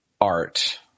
art